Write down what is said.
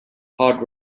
hard